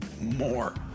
more